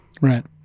Right